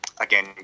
Again